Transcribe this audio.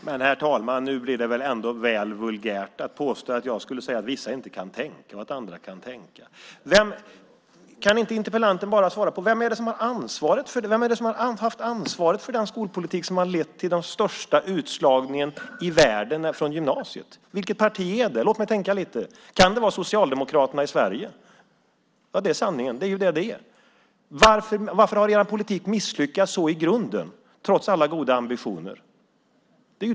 Herr talman! Det är väl ändå väl vulgärt att påstå att jag säger att vissa inte kan tänka och att andra kan tänka. Interpellanten kan väl ge ett svar på frågan: Vem är det som har haft ansvaret för den skolpolitik som har lett till den största utslagningen i världen från gymnasiet - vilket parti är det? Låt mig tänka lite. Kan det vara Socialdemokraterna i Sverige? Ja, sanningen är att det är så. Varför har er politik misslyckats så i grunden trots alla goda ambitioner?